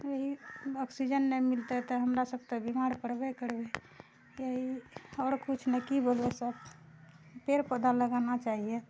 यही ऑक्सीजन नहि मिलतै तऽ हमरा सब तऽ बीमार पड़बे करबै यही आओर कुछ नहि की बोलू सर पेड़ पौधा लगाना चाहिये